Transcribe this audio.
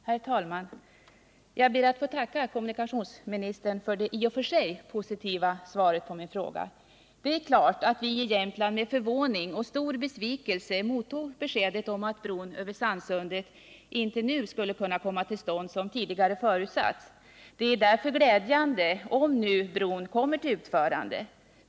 Herr talman! Jag ber att få tacka kommunikationsministern för det i och för sig positiva svaret på min fråga. Det är klart att vi i Jämtland med förvåning och stor besvikelse mottog beskedet om att bron över Sannsundet inte nu skulle kunna komma till stånd, såsom tidigare förutsatts. Det är därför glädjande om bron nu kommer till utförande.